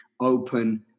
open